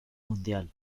mundial